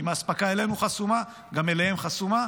אם האספקה אלינו חסומה, גם אליהם חסומה.